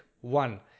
one